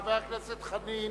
חבר הכנסת דב חנין.